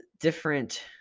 different